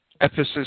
Ephesus